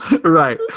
Right